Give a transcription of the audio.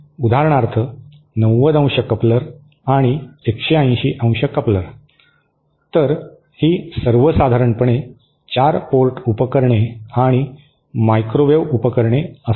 उदाहरणार्थ 90° कपलर किंवा 180° कपलर तर ही सर्वसाधारणपणे 4 पोर्ट उपकरणे आणि मायक्रोवेव्ह उपकरणे असतात